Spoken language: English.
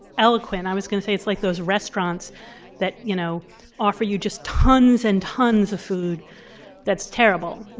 eloquent. i was going to say it's like those restaurants that you know offer you just tons and tons of food that's terrible.